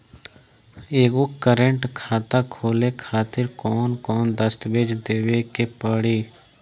एगो करेंट खाता खोले खातिर कौन कौन दस्तावेज़ देवे के पड़ी?